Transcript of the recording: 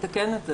נתקן את זה.